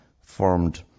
formed